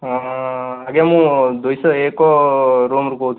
ଆଜ୍ଞା ମୁଁ ଦୁଇ ଶହ ଏକ ରୁମ୍ ରୁ କହୁଥିଲି